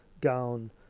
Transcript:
gown